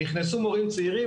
נכנסו מורים צעירים,